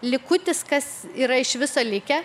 likutis kas yra iš viso likę